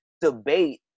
debate